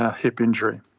ah hip injury.